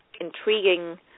intriguing